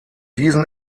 diesen